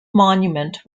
monument